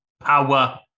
Power